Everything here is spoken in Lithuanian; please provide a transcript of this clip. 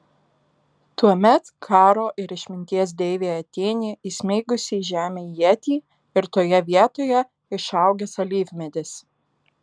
tuomet karo ir išminties deivė atėnė įsmeigusi į žemę ietį ir toje vietoje išaugęs alyvmedis